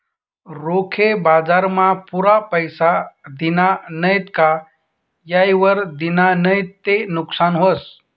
रोखे बजारमा पुरा पैसा दिना नैत का येयवर दिना नैत ते नुकसान व्हस